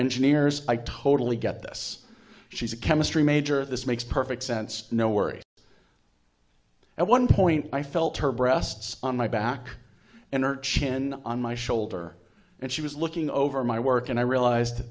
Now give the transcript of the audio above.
engineers i totally get this she's a chemistry major this makes perfect sense no worries at one point i felt her breasts on my back and her chin on my shoulder and she was looking over my work and i realized